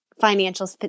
financial